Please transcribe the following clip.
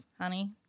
honey